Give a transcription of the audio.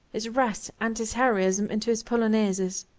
his wrath and his heroism into his polonaises.